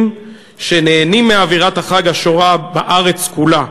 שנהנים מאווירת החג השורה בארץ כולה.